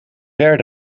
ver